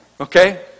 Okay